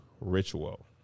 Ritual